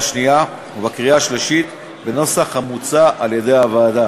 השנייה ובקריאה השלישית בנוסח המוצע על-ידי הוועדה.